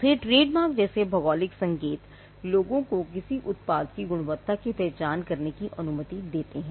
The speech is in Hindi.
फिर ट्रेडमार्क जैसे भौगोलिक संकेत लोगों को किसी उत्पाद की गुणवत्ता की पहचान करने की अनुमति देते हैं